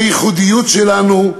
היא הייחודיות שלנו,